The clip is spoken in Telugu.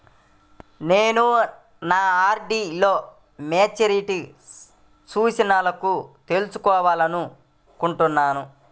నేను నా ఆర్.డీ లో మెచ్యూరిటీ సూచనలను తెలుసుకోవాలనుకుంటున్నాను